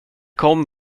kom